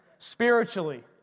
Spiritually